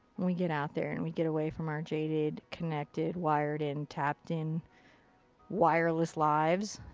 we get out there and we get away from our jaded, connected, wired in, tapped in wireless lives.